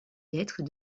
lettres